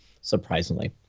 surprisingly